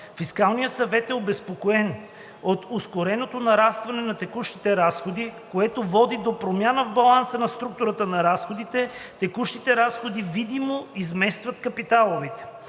Фискалният съвет е обезпокоен от ускореното нарастване на текущите разходи, което води до промяна в баланса на структурата на разходите – текущите разходи видимо изместват капиталовите.